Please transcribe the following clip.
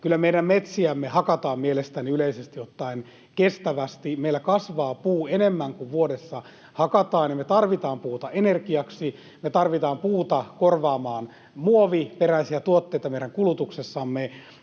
kyllä meidän metsiämme hakataan mielestäni yleisesti ottaen kestävästi. Meillä kasvaa puu enemmän kuin vuodessa hakataan, ja me tarvitaan puuta energiaksi, me tarvitaan puuta korvaamaan muoviperäisiä tuotteita meidän kulutuksessamme.